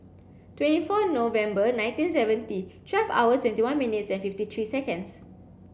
twenty four November nineteen seventy twelve hours twenty one minutes and fifty three seconds